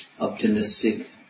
optimistic